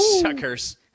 Suckers